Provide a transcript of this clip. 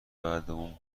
بعدمون